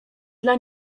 dla